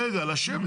רגע, לשבת איתם.